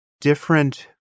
different